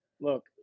Look